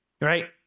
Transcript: right